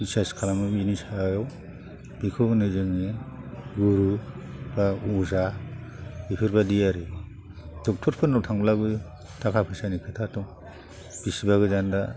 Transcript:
बिसास खालामो बिनि सायाव बिखौ होनो जोङो गुरु बा अजा बेफोरबायदि आरो डक्ट'र फोरनाव थांब्लाबो थाखा फैसानि खोथा दं बिसिबा गोजान दा